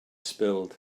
spilled